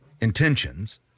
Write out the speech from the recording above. intentions